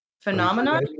Phenomenon